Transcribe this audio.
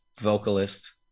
vocalist